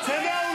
רד מפה.